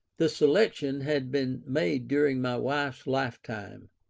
the selection had been made during my wife's lifetime,